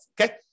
Okay